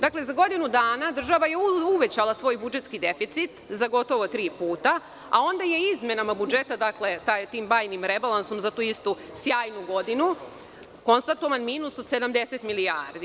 Dakle, za godinu dana država je uvećala svoj budžetski deficit za gotovo tri puta, a onda je izmena budžeta, dakle tim bajnim rebalansom za tu istu sjajnu godinu konstatovan minus od 70 milijardi.